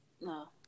No